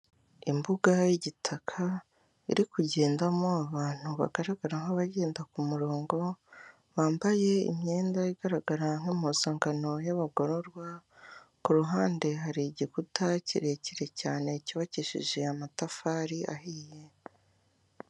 Imbuga y'igitaka iri kugendamo abantu bagaragara nk'bagenda ku murongo, bambaye imyenda igaragara nk'impuzangano y'abagororwa, ku ruhande hari igikuta kirekire cyane cyubakishije amatafari ahiye.